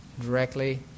directly